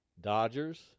Dodgers